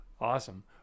awesome